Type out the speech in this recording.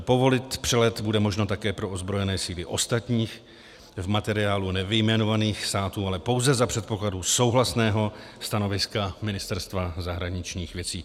Povolit přelet bude možno také pro ozbrojené síly ostatních, v materiálu nevyjmenovaných států, ale pouze za předpokladu souhlasného stanoviska Ministerstva zahraničních věcí.